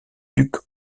duc